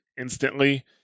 instantly